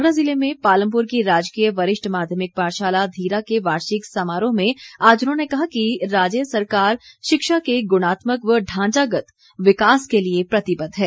कांगड़ा जिले में पालमपुर की राजकीय वरिष्ठ माध्यमिक पाठशाला धीरा के वार्षिक समारोह में आज उन्होंने कहा कि राज्य सरकार शिक्षा के गुणात्मक व ढांचागत विकास के लिए प्रतिबद्ध है